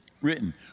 written